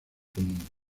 común